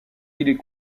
est